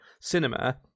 cinema